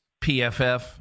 pff